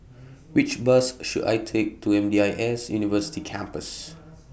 Which Bus should I Take to M D I S University Campus